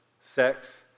sex